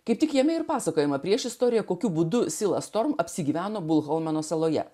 kaip tik jame ir pasakojama priešistorė kokiu būdu sila storm apsigyveno bulholmeno saloje